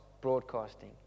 broadcasting